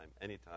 anytime